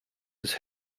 his